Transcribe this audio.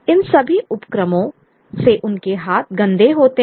इन सभी उपक्रमों से उनके हाथ गंदे होते हैं